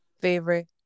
favorite